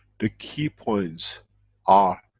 the key points are